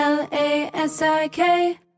L-A-S-I-K